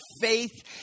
faith